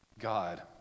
God